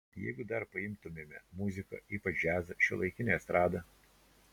jeigu dar paimtumėme muziką ypač džiazą šiuolaikinę estradą